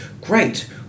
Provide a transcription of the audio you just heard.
Great